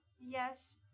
Yes